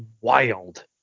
wild